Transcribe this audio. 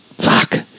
Fuck